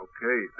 Okay